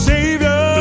Savior